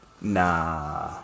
Nah